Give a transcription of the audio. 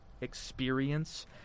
experience